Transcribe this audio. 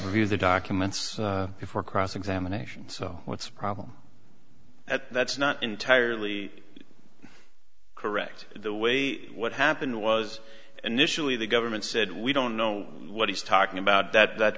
view the documents before cross examination so what's the problem at that's not entirely correct the way what happened was initially the government said we don't know what he's talking about that that